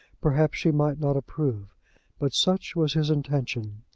perhaps, she might not approve but such was his intention.